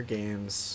games